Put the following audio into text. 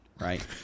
Right